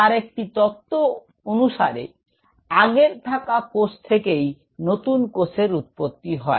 তার একটি তত্ব অনুসারে Refer time 0907 আগের থাকা কোষ থেকেই নতুন কোষের উৎপত্তি হয়